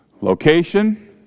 Location